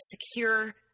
secure